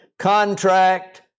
contract